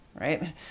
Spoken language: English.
right